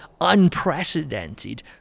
unprecedented